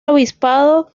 obispado